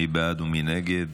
מי בעד ומי נגד.